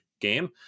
game